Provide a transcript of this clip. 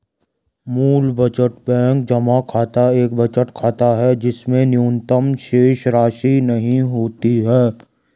मूल बचत बैंक जमा खाता एक बचत खाता है जिसमें न्यूनतम शेषराशि नहीं होती है